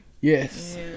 Yes